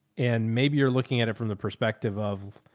and maybe you're looking at it from the perspective of,